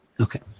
Okay